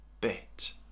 bit